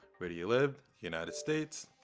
where do you live united states.